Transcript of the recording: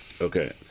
okay